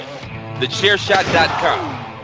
TheChairShot.com